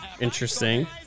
interesting